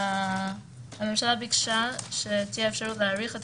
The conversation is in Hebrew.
שהממשלה ביקשה שתהיה אפשרות להאריך את